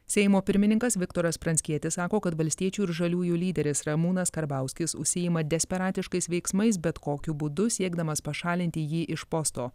seimo pirmininkas viktoras pranckietis sako kad valstiečių ir žaliųjų lyderis ramūnas karbauskis užsiima desperatiškais veiksmais bet kokiu būdu siekdamas pašalinti jį iš posto